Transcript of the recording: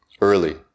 early